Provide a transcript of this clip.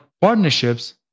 partnerships